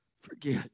forget